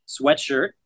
sweatshirt